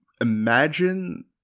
imagine